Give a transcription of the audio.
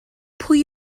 pwy